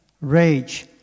rage